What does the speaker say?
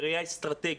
בראיה אסטרטגית,